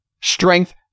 Strength